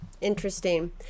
Interesting